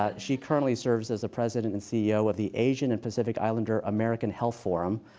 ah she currently serves as a president and ceo of the asian and pacific islander american health forum,